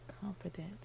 confident